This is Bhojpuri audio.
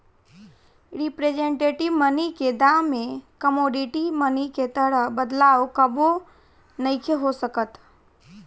रिप्रेजेंटेटिव मनी के दाम में कमोडिटी मनी के तरह बदलाव कबो नइखे हो सकत